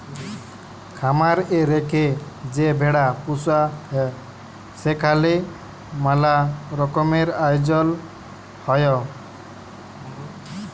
খামার এ রেখে যে ভেড়া পুসা হ্যয় সেখালে ম্যালা রকমের আয়জল হ্য়য়